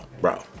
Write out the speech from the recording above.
bro